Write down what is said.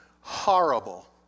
horrible